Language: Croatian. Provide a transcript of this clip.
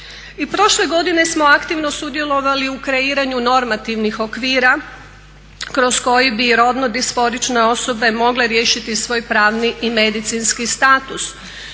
prošle godine smo aktivno sudjelovali u kreiranju normativnih okvira kroz koji bi rodno disforične osobe mogle riješiti svoj pravni i medicinski status.